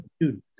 Dude